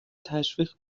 تشویق